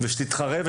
ושתתחרה,